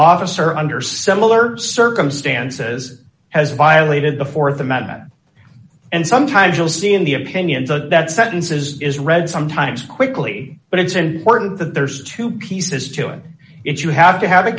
officer under similar circumstances has violated the th amendment and sometimes you'll see in the opinions that sentences is read sometimes quickly but it's important that there's two pieces to it if you have to have a